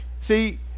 see